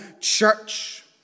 church